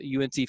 UNC